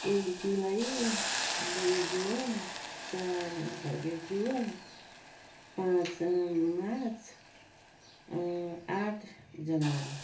एक जुलाई दुई जुन चार जुन पाँच मार्च आठ जनवरी